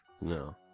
no